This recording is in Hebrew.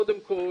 קודם כל